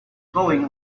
going